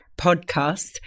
podcast